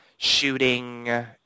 shooting